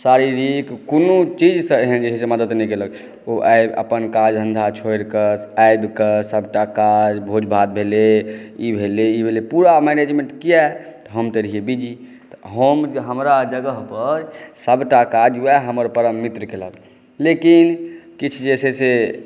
शारीरिक कोनो चीजसँ एहन नहि चाही जे मदद नहि केलक ओ आइ अपन काज धन्धा छोड़िकऽ आबिकऽ सभटा काज भोज भात भेलए ई भेलए पुरा मैनेजमेन्ट किआ तऽ हम तऽ रहिऐ बीजी तऽ हम हमरा जगह पर सभटा काज वएह हमर परम मित्र कएलनि लेकिन किछु जे छै से